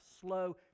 slow